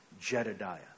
Jedidiah